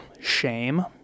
shame